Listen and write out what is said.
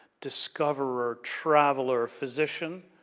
discoverer, traveler, physician.